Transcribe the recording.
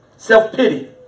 Self-pity